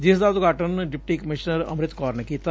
ਜਿਸ ਦਾ ਉਦਘਾਟਨ ਡਿਪਟੀ ਕਮਿਸ਼ਨਰ ਅੰਮਿਤ ਕੌਰ ਨੇ ਕੀਤਾ